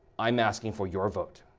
i'm asking for your vot